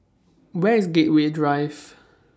Where IS Gateway Drive